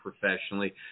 professionally